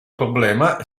problema